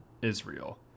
Israel